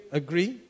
agree